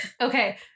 Okay